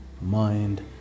mind